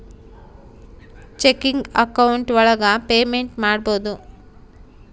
checking account ಒಳಗ payment ಮಾಡ್ಬೋದು